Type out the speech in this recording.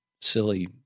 silly